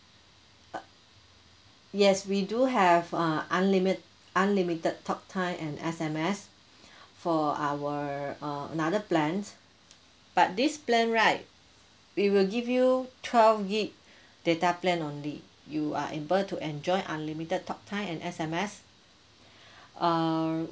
uh yes we do have err unlimit~ unlimited talk time and S_M_S for our uh another plans but this plan right we will give you twelve gig data plan only you are able to enjoy unlimited talk time and S_M_S err